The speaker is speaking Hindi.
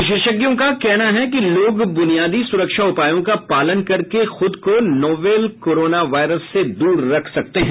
विशेषज्ञों का कहना है कि लोग ब्रुनियादी सुरक्षा उपायों का पालन करके खुद को नोवल कोरोना वायरस से दूर रख सकते हैं